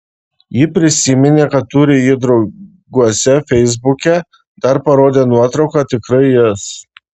ji prisiminė kad turi jį drauguose feisbuke dar parodė nuotrauką tikrai jis